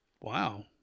Wow